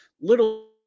little